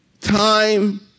time